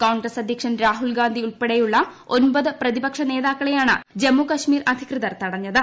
കോൺഗ്രസ്സ് അധ്യക്ഷൻ രാഹുൽ ഗാന്ധി ഉൾപ്പെടെയുള്ള ഒൻപത് പ്രതി പക്ഷ നേതാക്കളെയാണ് ജമ്മുകശ്മീർ അധികൃതർ തടഞ്ഞത്